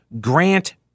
Grant